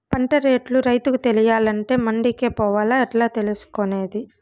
పంట రేట్లు రైతుకు తెలియాలంటే మండి కే పోవాలా? ఎట్లా తెలుసుకొనేది?